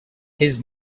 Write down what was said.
his